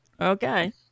Okay